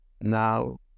now